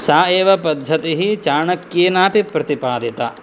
सा एव पद्धतिः चाणक्येनापि प्रतिपादिता